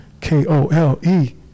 K-O-L-E